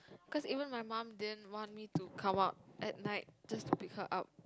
cause even my mum didn't want me to come out at night just to pick her up